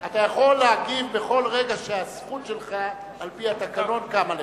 אתה יכול להגיב בכל רגע שהזכות שלך על-פי התקנון קמה לך.